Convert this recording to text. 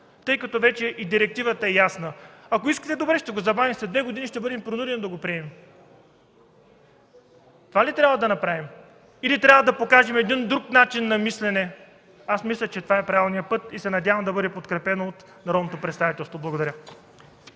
тъй като вече директивата е ясна. Ако искате – добре, ще го забавим, но след две години ще бъдем принудени да го приемем. Това ли трябва да направим, или трябва да покажем един друг начин на мислене? Мисля, че това е правилният път, и се надявам да бъде подкрепен от народното